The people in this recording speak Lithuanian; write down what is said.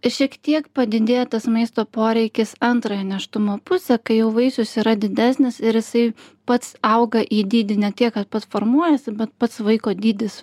šiek tiek padidėja tas maisto poreikis antrąją nėštumo pusę kai jau vaisius yra didesnis ir jisai pats auga į dydį ne tiek kad pats formuojasi bet pats vaiko dydis